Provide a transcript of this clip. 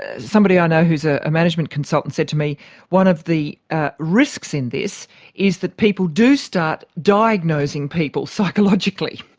ah somebody i know who's a management consultant said to me one of the ah risks in this is that people do start diagnosing people psychologically,